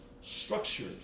structured